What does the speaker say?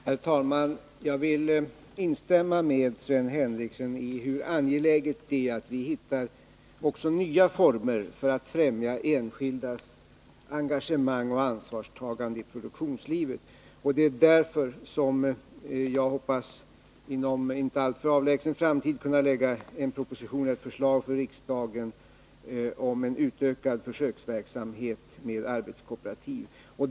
Herr talman! Jag vill instämma med Sven Henricsson när det gäller angelägenheten av att hitta också nya former för att främja enskildas engagemang och ansvarstagande i produktionslivet. Därför hoppas jag att inom en inte alltför avlägsen framtid kunna framlägga ett förslag för riksdagen om utökad försöksverksamhet med arbetskooperativ.